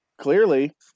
clearly